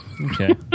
Okay